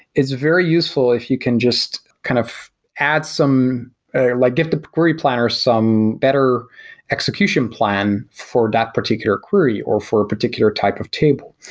it's very useful if you can just kind of add some like give the query planner some better execution plan for that particular query or for a particular type of table.